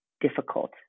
difficult